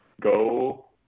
go